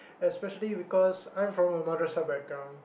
especially because I'm from a mother side background